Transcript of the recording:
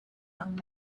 young